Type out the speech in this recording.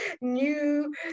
new